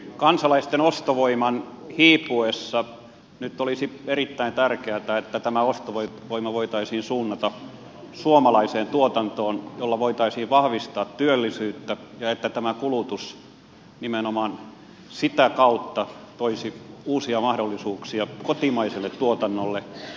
kansalaisten ostovoiman hiipuessa nyt olisi erittäin tärkeätä että tämä ostovoima voitaisiin suunnata suomalaiseen tuotantoon jolla voitaisiin vahvistaa työllisyyttä ja että tämä kulutus nimenomaan sitä kautta toisi uusia mahdollisuuksia kotimaiselle tuotannolle